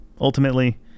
Ultimately